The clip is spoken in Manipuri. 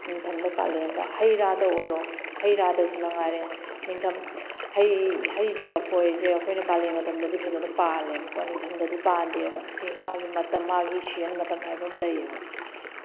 ꯅꯤꯡꯊꯝꯗ ꯀꯥꯂꯦꯟꯗ ꯍꯩ ꯔꯥꯗ ꯑꯣꯏꯔꯣ ꯍꯩ ꯔꯥꯗꯁꯨ ꯃꯉꯥꯏꯔꯦ ꯅꯤꯡꯊꯝ ꯍꯩ ꯍꯩꯁꯦ ꯀꯐꯣꯏꯁꯦ ꯑꯩꯈꯣꯏꯅ ꯀꯥꯂꯦꯟ ꯃꯇꯝꯗꯗꯤ ꯐꯖꯅ ꯄꯥꯜꯂꯦꯕꯀꯣ ꯅꯤꯡꯊꯝꯗꯗꯤ ꯄꯥꯟꯗꯦꯕ ꯁꯤ ꯃꯥꯒꯤ ꯃꯇꯝ ꯃꯥꯒꯤ ꯁꯤꯖꯟ ꯃꯇꯝ ꯍꯥꯏꯕ ꯑꯃ ꯂꯩꯌꯦꯕ